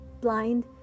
blind